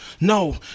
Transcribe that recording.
No